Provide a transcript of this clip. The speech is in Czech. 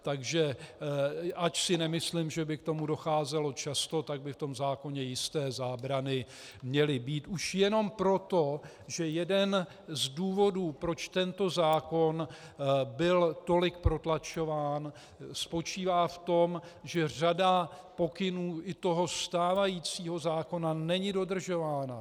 Takže ač si nemyslím, že by k tomu docházelo často, tak by v tom zákoně jisté zábrany měly být už jenom proto, že jeden z důvodů, proč tento zákon byl tolik protlačován, spočívá v tom, že řada pokynů i toho stávajícího zákona není dodržována.